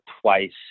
twice